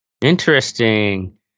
Interesting